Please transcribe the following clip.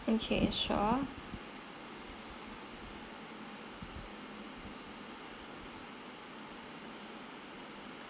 okay sure